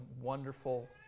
wonderful